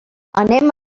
anem